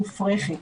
מופרכת.